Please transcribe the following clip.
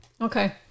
Okay